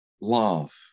love